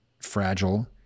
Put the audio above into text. fragile